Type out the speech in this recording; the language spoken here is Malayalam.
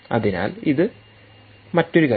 അതിനാൽ അത് മറ്റൊരു കാര്യം